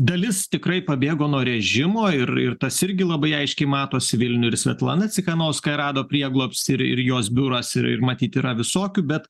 dalis tikrai pabėgo nuo režimo ir ir tas irgi labai aiškiai matosi vilniuje ir svetlana cikanouskaja kai rado prieglobstį ir ir jos biuras yra ir ir matyt yra visokių bet